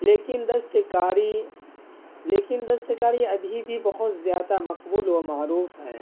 لیکن دستکاری لیکن دستکاری ابھی بھی بہت زیادہ مقبول و معروف ہے